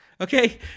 Okay